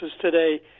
today